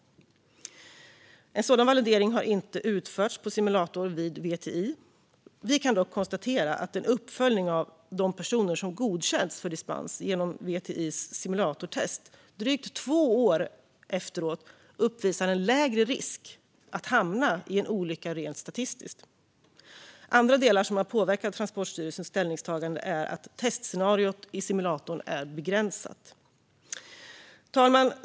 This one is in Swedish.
En sådan validering har inte utförts på simulatorn vid VTI. Vi kan dock konstatera att en uppföljning av de personer som godkänts för dispens genom VTI:s simulatortest drygt två år efteråt visar att de rent statistiskt löper lägre risk att hamna i en olycka. Andra delar som påverkat Transportstyrelsens ställningstagande är att testscenariot i simulatorn är begränsat. Fru talman!